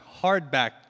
hardback